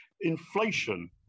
Inflation